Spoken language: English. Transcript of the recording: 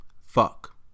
Fuck